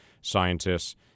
scientists